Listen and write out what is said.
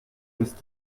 ist